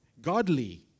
godly